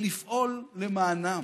לפעול למענם,